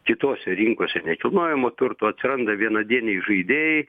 kitose rinkose nekilnojamo turto atsiranda vienadieniai žaidėjai